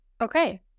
Okay